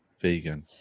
vegan